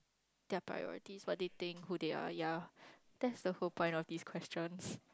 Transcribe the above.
their priorities what they think who they are yeah that's the whole point of these questions